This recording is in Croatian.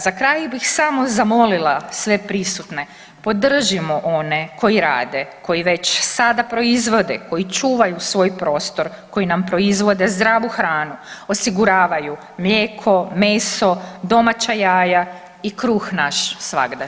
Za kraj bih samo zamolila sve prisutne podržimo one koji rade, koji već sada proizvode, koji čuvaju svoj prostor, koji nam proizvode zdravu hranu, osiguravaju mlijeko, meso, domaća jaja i kruh naš svagdašnji.